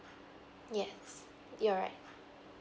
yes you're right